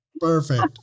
Perfect